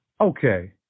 Okay